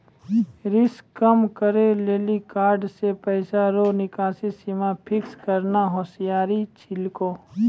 risk कम करै लेली कार्ड से पैसा रो निकासी सीमा फिक्स करना होसियारि छिकै